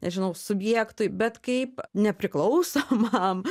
nežinau subjektui bet kaip nepriklausomam